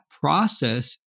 process